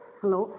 hello